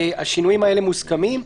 השינויים האלה מוסכמים.